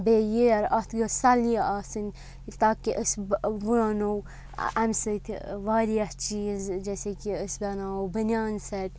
بیٚیہِ ییر اَتھ گٔژھ سَلیہِ آسٕنۍ تاکہِ أسۍ وونو اَمہِ سۭتۍ واریاہ چیٖز جیسے کہِ أسۍ بَناوو بٔنیان سیٚٹ